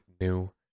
new